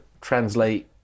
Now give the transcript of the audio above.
translate